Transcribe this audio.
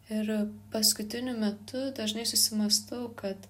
ir paskutiniu metu dažnai susimąstau kad